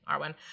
Arwen